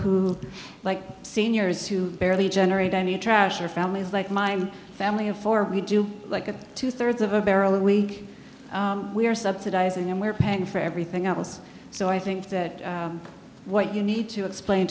who like seniors who barely generate any trash or families like my family of four we do like a two thirds of a barrel a week we are subsidizing and we're paying for everything else so i think that what you need to explain